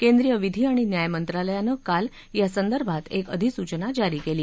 केंद्रीय विधी आणि न्याय मंत्रालयानं काल यासंदर्भात एक अधिसूचना जारी केली